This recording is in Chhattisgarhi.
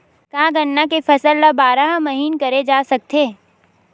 का गन्ना के फसल ल बारह महीन करे जा सकथे?